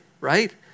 right